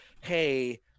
hey